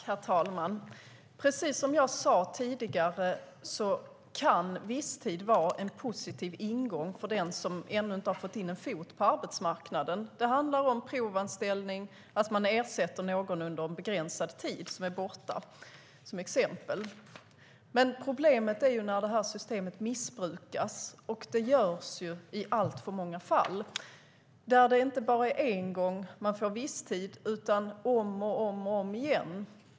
Herr talman! Som jag sade tidigare kan visstidsanställning vara en positiv ingång för den som ännu inte fått in en fot på arbetsmarknaden. Det handlar om exempelvis provanställning eller om att under en begränsad tid ersätta någon som är borta. Problemet är när systemet missbrukas, och det sker i alltför många fall. Man får en visstidsanställning inte bara en gång utan om och om igen.